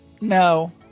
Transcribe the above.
no